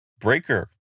Breaker